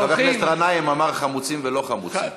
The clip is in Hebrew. חבר הכנסת גנאים אמר: חמוצים ולא חמוצים.